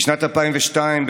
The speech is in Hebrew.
בשנת 2002,